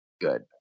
Good